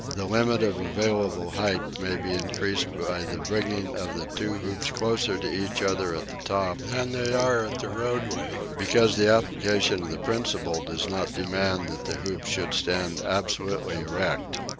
the limit of available height may be increased by the bringing of the two hoops closer to each other at the top than they are at the roadway, because the application of the principle does not demand that the hoops should stand absolutely erect.